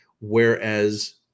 Whereas